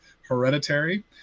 hereditary